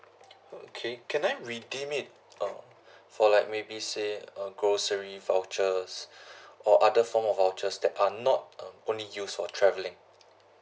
okay can I redeem it uh for like maybe say err grocery vouchers or other form of vouchers that are not uh only use for traveling